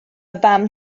fam